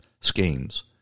schemes